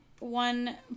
One